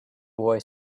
boy